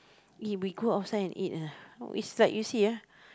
eh we go outside and eat ah is like you see ah